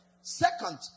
Second